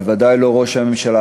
בוודאי לא ראש הממשלה.